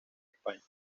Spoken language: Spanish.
españa